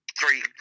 three